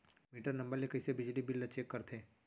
Metre number ले कइसे बिजली बिल ल चेक करथे?